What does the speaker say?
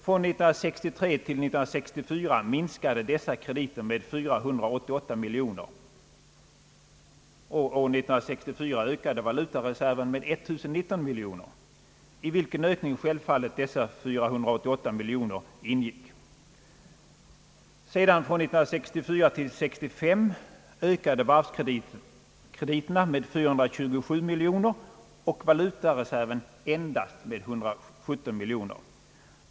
Från 1963 till 1964 minskade dessa krediter med 488 miljoner, och år 1964 ökade valutareserven med 1019 miljoner, i vilken ökning självfallet de 488 miljonerna ingick. Från 1964 till 1965 ökade varvskrediterna med 427 miljoner, valutareserven endast med 117 miljoner.